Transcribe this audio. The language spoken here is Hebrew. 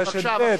ברשת ב',